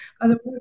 Otherwise